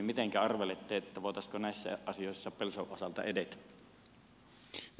mitenkä arvelette voitaisiinko näissä asioissa pelson osalta edetä